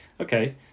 okay